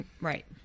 right